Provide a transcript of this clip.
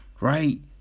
right